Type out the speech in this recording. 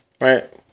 Right